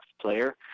player